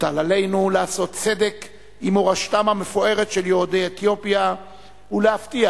מוטל עלינו לעשות צדק עם מורשתם המפוארת של יהודי אתיופיה ולהבטיח